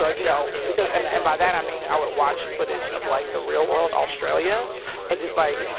like you know because and and by that, i mean i would watch footage of like the real world, australia and just, like,